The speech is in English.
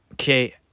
Okay